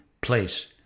place